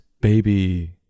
baby